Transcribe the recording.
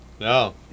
No